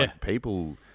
People